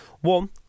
One